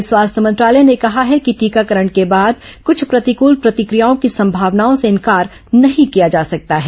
केंद्रीय स्वास्थ्य मंत्रालय ने कहा है कि टीकाकरण के बाद कुछ प्रतिकूल प्रतिक्रियाओं की संभावना से इंकार नहीं किया जा सकता है